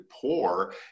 poor